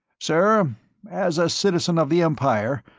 sir as a citizen of the empire,